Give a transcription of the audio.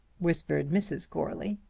whispered mrs. goarly.